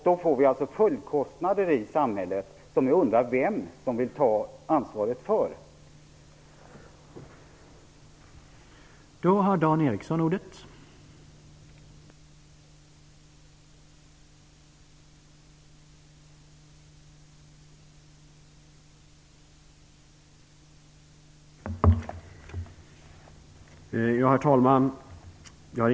Det ger följdkostnader för samhället, och jag undrar vem som är beredd att ta ansvaret för dem.